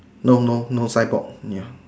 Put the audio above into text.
no no no signboard ya